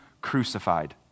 crucified